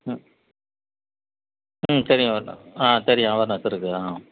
ம் ம் தெரியும் ஆ தெரியும் அவர்னஸ் இருக்குது ஆ